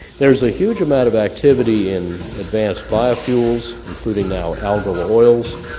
there's a huge amount of activity in advanced biofuels including now algal oils,